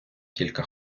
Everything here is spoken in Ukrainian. кілька